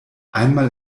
einmal